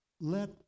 let